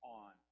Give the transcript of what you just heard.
on